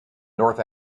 north